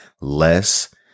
less